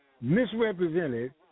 misrepresented